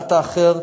לקבלת האחר,